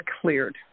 cleared